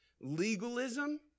legalism